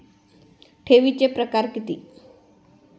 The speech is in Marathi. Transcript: ठेवीचे प्रकार किती?